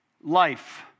life